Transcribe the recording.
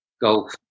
golf